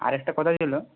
আরেকটা কথা ছিল